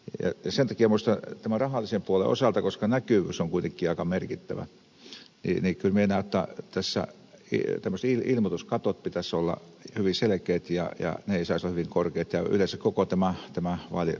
sen takia minusta tämän rahallisen puolen osalta koska näkyvyys on kuitenkin aika merkittävä asia kyllä minä näen jotta ilmoituskattojen pitäisi olla hyvin selkeitä ja ne kulut eivät saisi olla hyvin korkeita ja yleensä koko tämä vaalirahoituskatto olisi tietyn suuruinen